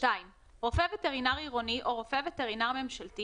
(2)רופא וטרינר עירוני או רופא וטרינר ממשלתי